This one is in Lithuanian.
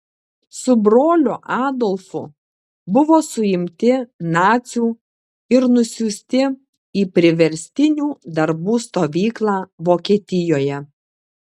su broliu adolfu buvo suimti nacių ir nusiųsti į priverstinių darbų stovyklą vokietijoje